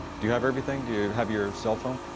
do you have everything? do you have your cellphone?